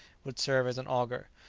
would serve as an auger.